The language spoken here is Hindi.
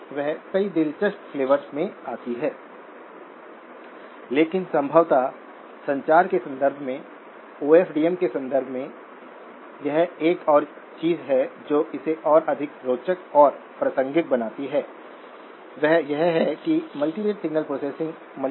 इंक्रीमेंटल पिक्चर में सोर्स शून्य वोल्ट पर है जो इंक्रीमेंटल सोर्स वोल्टेज शून्य है जिसका अर्थ है कि सोर्स वोल्टेज बिल्कुल नहीं बदलता है